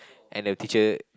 and the teacher